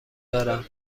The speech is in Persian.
دارم